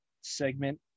segment